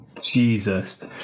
Jesus